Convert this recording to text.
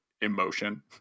emotion